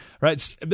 right